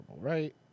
right